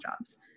jobs